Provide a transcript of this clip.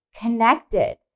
connected